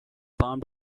palm